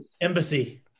Embassy